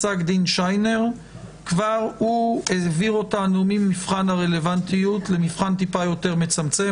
פסק דין שיינר העביר אותנו ממבחן הרלוונטיות למבחן קצת יותר מצמצם,